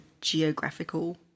geographical